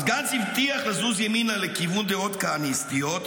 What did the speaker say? אז גנץ הבטיח לזוז ימינה לכיוון דעות כהניסטיות,